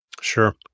Sure